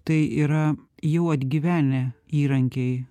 tai yra jau atgyvenę įrankiai